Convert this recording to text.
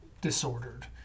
disordered